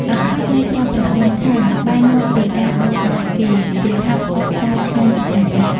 អាខិលបានប្រាប់ប្រពន្ធថាបានមកពីការដូរដាវគេៗថាផ្អកចាវឆ្ងាញ់ពិសារណាស់។